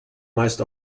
meist